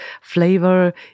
flavor